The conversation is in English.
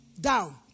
down